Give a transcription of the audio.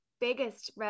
biggest